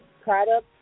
products